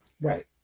right